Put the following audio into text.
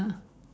ah